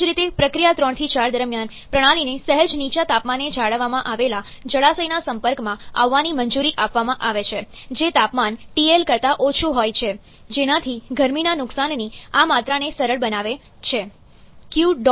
એ જ રીતે પ્રક્રિયા 3 થી 4 દરમિયાન પ્રણાલીને સહેજ નીચા તાપમાને જાળવવામાં આવેલા જળાશયના સંપર્કમાં આવવાની મંજૂરી આપવામાં આવે છે જે તાપમાન TL કરતા ઓછું હોય છે જેનાથી ગરમીના નુકશાનની આ માત્રાને સરળ બનાવે છે q dot out